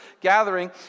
gathering